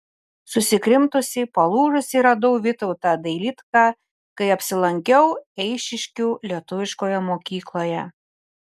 susikrimtusį palūžusį radau vytautą dailidką kai apsilankiau eišiškių lietuviškoje mokykloje